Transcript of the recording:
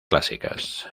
clásicas